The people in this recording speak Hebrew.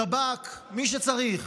שב"כ, מי שצריך,